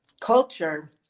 culture